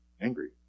angry